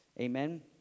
Amen